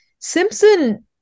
Simpson